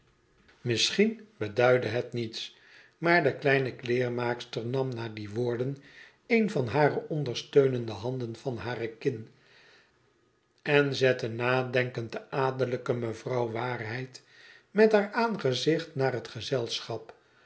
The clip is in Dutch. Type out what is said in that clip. misschien beduidde het niets maar de kleine kleermaakster nam na die woorden een van hare ondersteunende handen van hre kin en zette nadenkend de adellijke mevrouw w met haar aangezicht naar het gezelschap